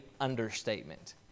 understatement